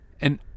And-